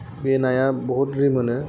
बे नाया बहुत रिमोनो